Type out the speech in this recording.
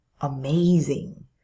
amazing